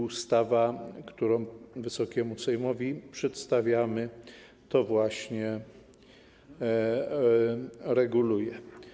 Ustawa, którą Wysokiemu Sejmowi przedstawiamy, to właśnie reguluje.